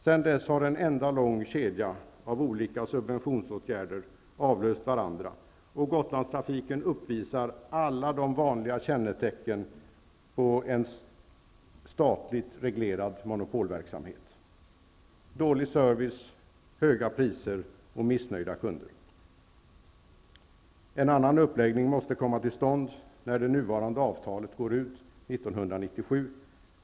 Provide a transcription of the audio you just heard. Sedan dess har en enda lång kedja av olika subventionsåtgärder avlöst varandra, och Gotlandstrafiken uppvisar alla vanliga kännetecken på en statligt reglerad nomopolverksamhet, dvs. dålig service, höga priser och missnöjda kunder. En annan uppläggning måste komma till stånd när det nuvarande avtalet går ut 1997.